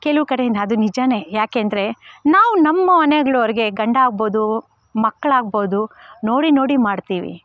ಕೆಲವು ಕಡೆ ಅದು ನಿಜವೇ ಏಕೆಂದ್ರೆ ನಾವು ನಮ್ಮ ಮನೆಗಳವ್ರಿಗೆ ಗಂಡ ಆಗ್ಬೋದು ಮಕ್ಕಳಾಗ್ಬೋದು ನೋಡಿ ನೋಡಿ ಮಾಡ್ತೀವಿ